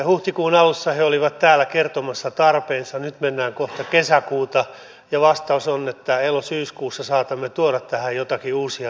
huhtikuun alussa he olivat täällä kertomassa tarpeensa nyt mennään kohta kesäkuuta ja vastaus on että elosyyskuussa saatamme tuoda tähän joitakin uusia näkemyksiä